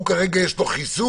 וכן מצבים שלא ייכנסו לקטגוריות